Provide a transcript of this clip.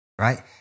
right